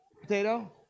Potato